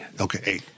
Okay